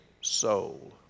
soul